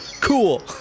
Cool